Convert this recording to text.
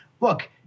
look